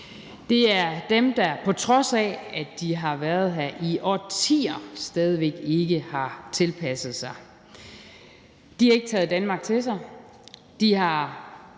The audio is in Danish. Det er dem, der, på trods af at de har været her i årtier, stadig væk ikke har tilpasset sig. De har ikke taget Danmark til sig,